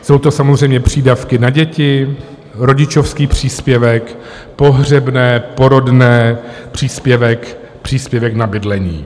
Jsou to samozřejmě přídavky na děti, rodičovský příspěvek, pohřebné, porodné, příspěvek na bydlení.